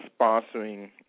sponsoring